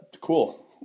Cool